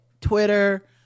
Twitter